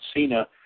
Cena